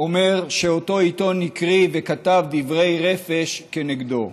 שאותו עיתון הקריא וכתב דברי רפש נגדו.